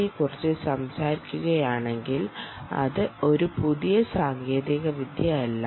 D യെക്കുറിച്ച് സംസാരിക്കുകയാണെങ്കിൽ അത് ഒരു പുതിയ സാങ്കേതികവിദ്യയല്ല